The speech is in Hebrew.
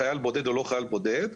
חייל בודד או לא חייל בודד,